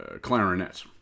clarinet